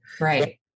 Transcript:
Right